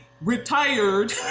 retired